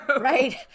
right